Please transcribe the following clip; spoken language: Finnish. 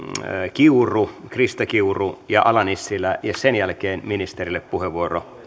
krista kiuru ja ala nissilä ja sen jälkeen ministerille puheenvuoro